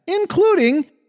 including